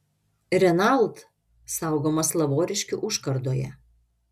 renault saugomas lavoriškių užkardoje